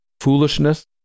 foolishness